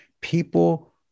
People